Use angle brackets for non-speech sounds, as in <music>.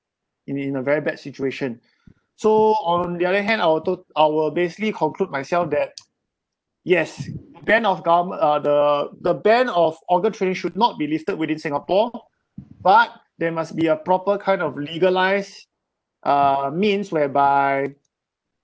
in in a very bad situation so on the other hand I will to~ I will basically conclude myself that <noise> yes ban of govern~ uh the the ban of organ trading should not be lifted within singapore but there must be a proper kind of legalise uh means whereby